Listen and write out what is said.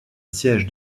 sièges